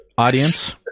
Audience